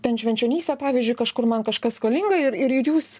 ten švenčionyse pavyzdžiui kažkur man kažkas skolinga ir ir jūs